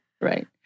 right